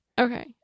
Okay